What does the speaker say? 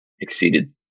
exceeded